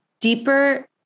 deeper